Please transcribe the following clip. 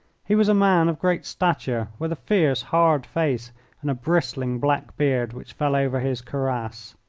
he was a man of great stature, with a fierce, hard face and a bristling black beard, which fell over his cuirass. i